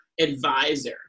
advisor